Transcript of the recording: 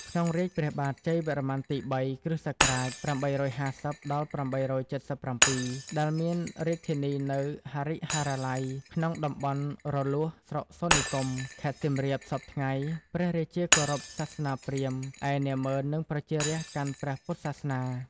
ក្នុងរាជ្យព្រះបាទជ័យវរ្ម័នទី ៣ (គ.ស. ៨៥០-៨៧៧) ដែលមានរាជធានីនៅ ហរិហរាល័យ ក្នុងតំបន់រលួស ស្រុកសូត្រនិគម ខេត្តសៀមរាបសព្វថ្ងៃ ព្រះរាជាគោរព សាសនាព្រាហ្មណ៍ ឯនាម៉ឺន និងប្រជារាស្ត្រកាន់ព្រះពុទ្ធសាសនា ។